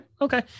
okay